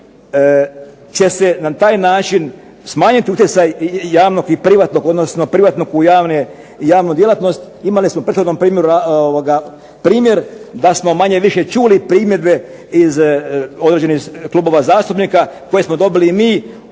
će se na taj način smanjiti utjecaj javnog i privatnog, odnosno privatnog u javnu djelatnost, imali smo prethodno primjer da smo manje-više čuli primjedbe iz određenih klubova zastupnika, koje smo dobili i mi u